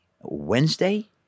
Wednesday